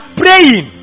praying